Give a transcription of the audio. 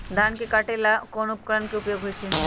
धान के काटे का ला कोंन उपकरण के उपयोग होइ छइ?